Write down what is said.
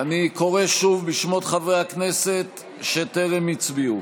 אני קורא שוב בשמות חברי הכנסת שטרם הצביעו.